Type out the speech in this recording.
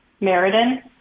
Meriden